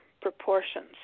proportions